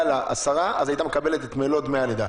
לה עשרה חודשים הייתה מקבלת את מלוא דמי הלידה,